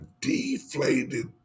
deflated